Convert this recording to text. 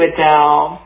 Adele